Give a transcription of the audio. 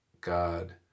God